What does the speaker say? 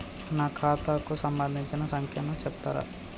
నా ఖాతా కు సంబంధించిన సంఖ్య ను చెప్తరా?